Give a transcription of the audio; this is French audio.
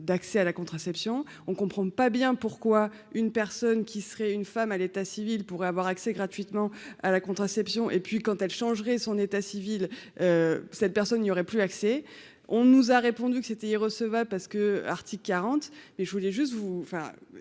d'accès à la contraception, on comprend pas bien pourquoi une personne qui serait une femme à l'état civil pourrait avoir accès gratuitement à la contraception et puis quand elle changerait son état civil. Cette personne n'y aurait plus accès, on nous a répondu que c'était il recevable parce que Arctique quarante mais je voulais juste vous